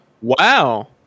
Wow